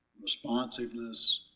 responsiveness,